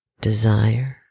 desire